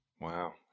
Wow